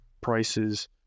prices